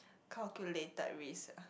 calculated risk